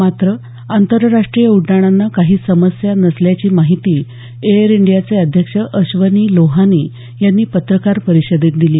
मात्र आंतरराष्ट्रीय उड्डाणांना काही समस्या नसल्याची माहिती एअर इंडियाचे अध्यक्ष अश्वनी लोहानी यांनी पत्रकार परिषदेत दिली